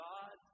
God